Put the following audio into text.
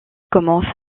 commence